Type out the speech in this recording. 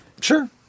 Sure